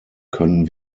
können